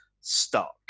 stuck